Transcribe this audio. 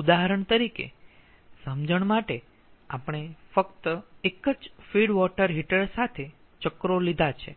ઉદાહરણ તરીકે સમજણ માટે આપણે ફક્ત એક જ ફીડ વોટર હીટર સાથે ચક્રો લીધા છે